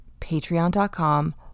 patreon.com